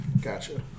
Gotcha